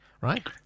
right